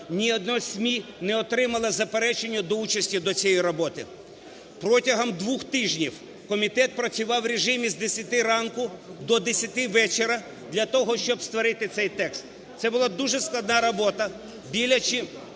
ні одне СМІ не отримало заперечення до участі до цієї роботи. Протягом двох тижнів комітет працював у режимі з 10 ранку до 10 вечора для того, щоб створити цей текст. Це була дуже складна робота, біля